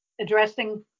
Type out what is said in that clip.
addressing